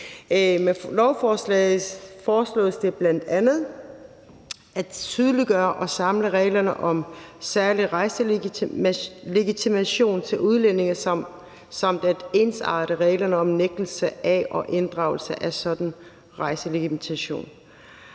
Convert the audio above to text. Med lovforslaget foreslås det bl.a. at tydeliggøre og samle reglerne om særlig rejselegitimation til udlændinge samt at ensarte reglerne om nægtelse af og inddragelse af en sådan rejselegitimation.